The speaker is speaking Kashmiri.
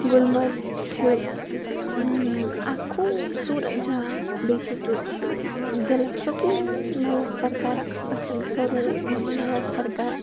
گُلمرگ چھِ اَکھ خوٗبصوٗرت جاے بیٚیہِ چھِ سُہ سُہ دِلس سکوٗن مَیثر کَران أچھن سروٗر مَیثر کَرا